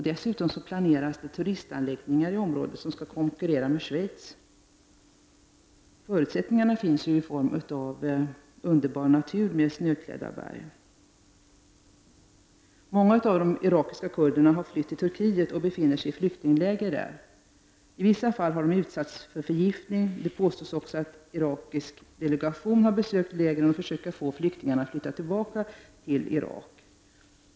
Dessutom planeras turistanläggningar i området som skall konkurrera med Schweiz — förutsättningarna finns i form av underbar natur med snöklädda berg. Många av de irakiska kurderna har flytt till Turkiet och befinner sig i flyktingläger där. I vissa fall har de utsatts för förgiftning. Det påstås också att en irakisk delegation har besökt lägren för att försöka få flyktingarna att flytta tillbaka till Irak.